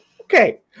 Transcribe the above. Okay